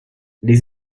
les